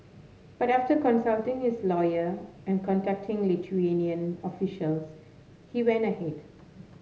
but after consulting his lawyer and contacting Lithuanian officials he went ahead